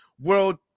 world